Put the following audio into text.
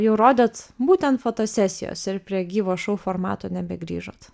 jau rodėt būtent fotosesijose ir prie gyvo šou formato nebegrįžot